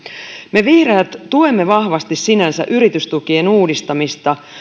me vihreät tuemme vahvasti sinänsä yritystukien uudistamista